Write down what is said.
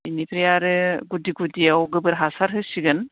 बिनिफ्राय आरो गुदि गुदियाव गोबोर हासार होसिगोन